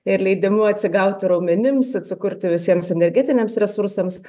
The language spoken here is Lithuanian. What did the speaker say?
ir leidimu atsigauti raumenims atsikurti visiems energetiniams resursams